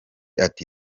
ati